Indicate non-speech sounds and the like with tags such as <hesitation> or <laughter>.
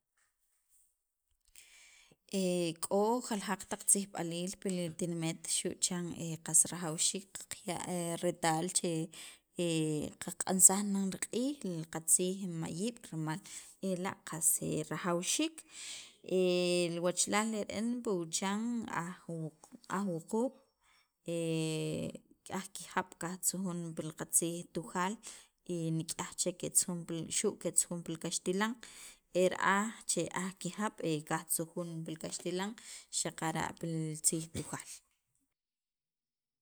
e k'o jaljaq taq tzijb'aliil pil tinimet xu' chan qas rajawxiik qaya' retal che qaq'ansaj nan riq'iij li qatziij mayiib' rimal ela' qas rajwxiik, <hesitation> wachalaal re'en pi wuchan aj wuquub' <hesitation> aj kijab' kajtzujun pil qatziij tujaal e nik'yaj chek ketzujun xu' ketzujun pi kaxtilan e ra'aj che aj kijab' qajtzujun pil kaxtilan xaqara' pil tziij Tujaal